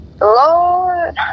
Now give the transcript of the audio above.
Lord